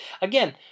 again